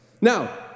Now